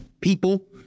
people